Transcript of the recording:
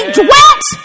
dwelt